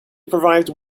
provided